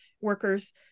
workers